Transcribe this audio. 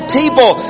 people